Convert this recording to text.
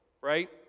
right